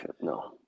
No